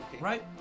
Right